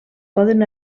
poden